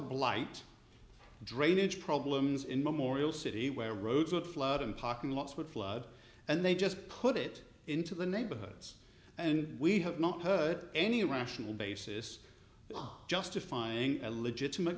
blight drainage problems in memorial city where roads would flood and parking lots would flood and they just put it into the neighborhoods and we have not heard any rational basis justifying a legitimate